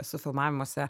esu filmavimuose